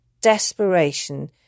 desperation